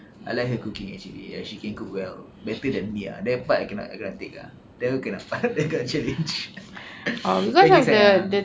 I like her cooking actually uh she can cook well better than me ah that part I cannot take ah they cannot part they cannot challenge thank you sayang